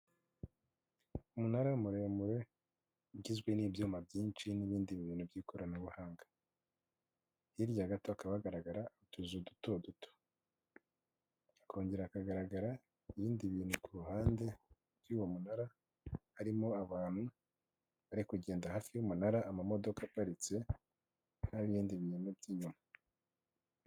Umunara muremure ugizwe n'ibyuma byinshi n'ibindi bintu by'ikoranabuhanga hirya gato hakaba bagaragara utuzu duto duto akongera akagaragara iyindi bintu ku ruhande y'uwo munara harimo abantu bari kugenda hafi y'umunara ama modoka aparitse nibindi bintu by'inyuma.